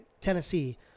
Tennessee